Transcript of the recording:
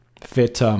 fit